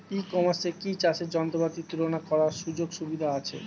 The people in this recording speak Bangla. ই কমার্সে কি চাষের যন্ত্রপাতি তুলনা করার সুযোগ সুবিধা আছে?